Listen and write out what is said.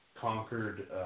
conquered